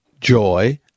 joy